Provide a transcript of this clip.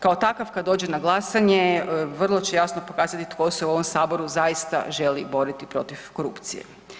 Kao takav kad dođe na glasanje vrlo će jasno pokazati tko se u ovom Saboru zaista želi boriti protiv korupcije.